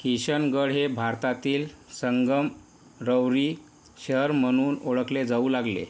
किशनगळ हे भारतातील संगमरवरी शहर म्हणून ओळखले जाऊ लागले